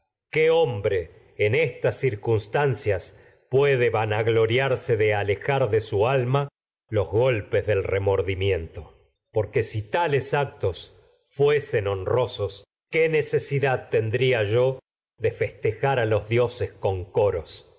qué hom estas circunstancias puede vanagloriarse de ale jar de tales su alma los golpes del remordimiento porque si fuesen actos honrosos qué necesidad tendría yo de festejar a los dioses con coros